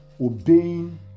Obeying